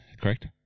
correct